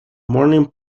morning